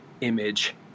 image